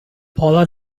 paula